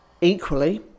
Equally